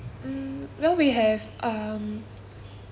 um well we have um